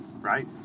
right